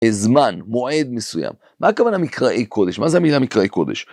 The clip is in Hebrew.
זמן, מועד מסוים. מה הכוונה מקראי קודש? מה זה מקראי קודש?